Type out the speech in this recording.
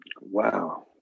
Wow